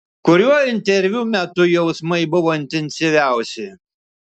kuriuo interviu metu jausmai buvo intensyviausi